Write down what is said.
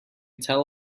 tell